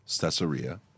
Caesarea